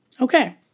Okay